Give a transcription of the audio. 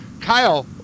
Kyle